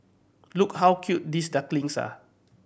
look how cute these ducklings are